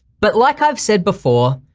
but like i've said before,